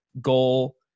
goal